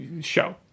show